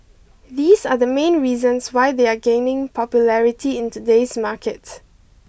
these are the main reasons why they are gaining popularity in today's market